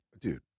Dude